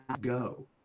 go